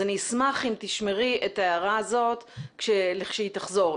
אני אשמח אם תשמרי את ההערה הזאת לכשהיא תחזור.